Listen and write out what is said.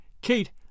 Kate